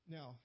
Now